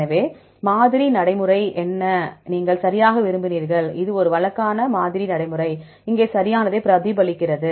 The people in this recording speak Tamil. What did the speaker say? எனவே மாதிரி நடைமுறை என்ன நீங்கள் சரியாக விரும்பினீர்கள் இது ஒரு வழக்கமான மாதிரி நடைமுறை இங்கே சரியானதை பிரதிபலிக்கிறது